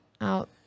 out